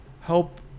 help